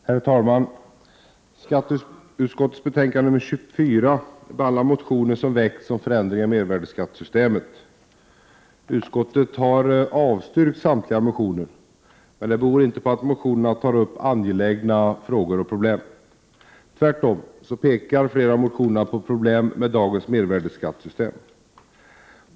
Herr talman! I skatteutskottets betänkande 24 behandlas motioner som väckts om förändringar i mervärdeskattesystemet. Utskottet har avstyrkt samtliga motioner, men det beror inte på att motionerna inte berör angelägna frågor. Tvärtom pekar flera av motionärerna på problem med dagens mervärdeskattesystem.